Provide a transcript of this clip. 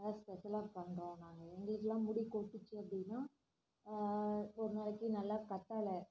நல்லா ஸ்பெஷலாக பண்ணுறாங்க எங்களுக்கெல்லாம் முடி கொட்டுச்சு அப்படின்னா ஒரு நாளைக்கு நல்லா கத்தாழை